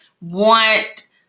want